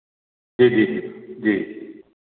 जी जी जी